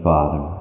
Father